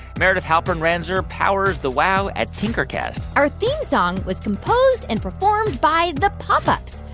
meredith halpern-ranzer powers the wow at tinkercast our theme song was composed and performed by the pop ups.